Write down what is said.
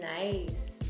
Nice